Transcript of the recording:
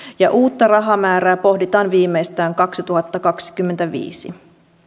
ja uutta rahamäärää pohditaan viimeistään kaksituhattakaksikymmentäviisi